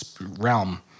realm